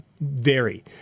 vary